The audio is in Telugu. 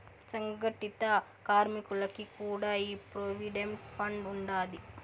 సంగటిత కార్మికులకి కూడా ఈ ప్రోవిడెంట్ ఫండ్ ఉండాది